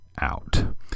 out